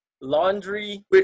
laundry